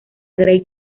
grey